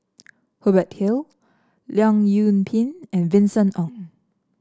Hubert Hill Leong Yoon Pin and Vincent Ng